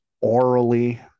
orally